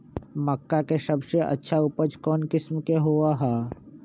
मक्का के सबसे अच्छा उपज कौन किस्म के होअ ह?